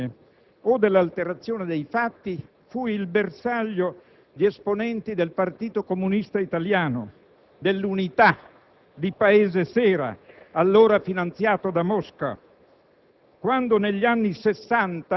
Sempre sulla base delle menzogne o dell'alterazione dei fatti, fui il bersaglio di esponenti del Partito comunista italiano, de "l'Unità", di "Paese Sera", allora finanziato da Mosca,